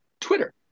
Twitter